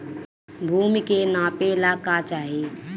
भूमि के नापेला का चाही?